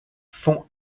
font